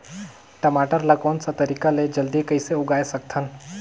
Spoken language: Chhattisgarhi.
टमाटर ला कोन सा तरीका ले जल्दी कइसे उगाय सकथन?